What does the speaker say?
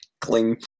Cling